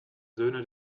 söhne